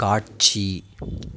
காட்சி